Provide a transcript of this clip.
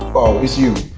oh. it's you.